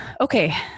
Okay